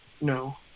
No